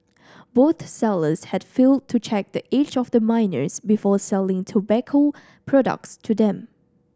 both sellers had failed to check the age of the minors before selling tobacco products to them